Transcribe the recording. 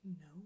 No